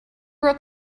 wrote